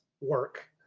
work